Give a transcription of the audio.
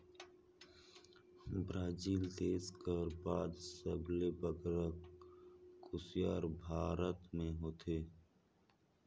Brazil देस कर बाद सबले बगरा कुसियार भारत में होथे